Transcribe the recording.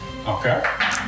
Okay